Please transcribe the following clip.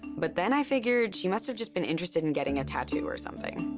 but then i figured she must have just been interested in getting a tattoo or something.